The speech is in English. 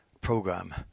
program